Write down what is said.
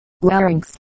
larynx